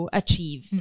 achieve